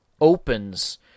opens